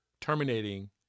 terminating